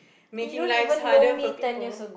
making lives harder for people